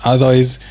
Otherwise